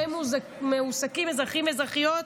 שבהם מועסקים אזרחים ואזרחיות,